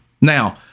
now